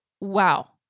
wow